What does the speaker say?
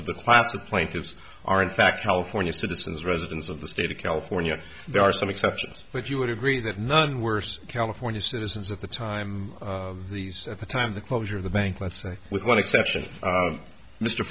of the class of plaintiffs are in fact california citizens residents of the state of california there are some exceptions but you would agree that none worse california citizens of the time these at the time the closure of the bank let's say with one exception